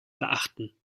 beachten